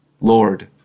Lord